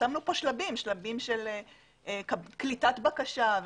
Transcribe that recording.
שמנו כאן שלבים שלב של קליטת בקשה,